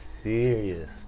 serious